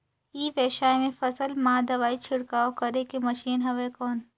ई व्यवसाय म फसल मा दवाई छिड़काव करे के मशीन हवय कौन?